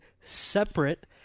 separate